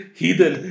heathen